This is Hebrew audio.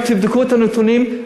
אם תבדקו את הנתונים,